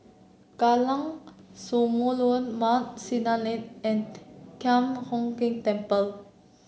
Jalan Samulun Mount Sinai Lane and Thian Hock Keng Temple